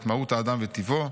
את מהות האדם וטיבו.